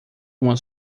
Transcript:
uma